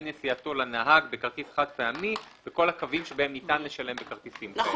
נסיעתו לנהג בכרטיס חד-פעמי בכל הקווים שבהם ניתן לשלם בכרטיסים כאלה,